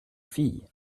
fille